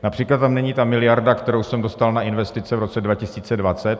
Například tam není ta miliarda, kterou jsem dostal na investice v roce 2020.